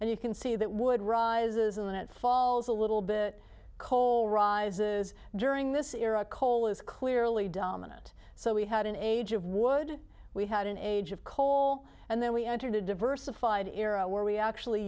and you can see that would rises and it falls a little bit coal rises during this era coal is clearly dominant so we had an age of would we had an age of coal and then we entered a diversified era where we actually